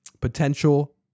potential